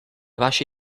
baixa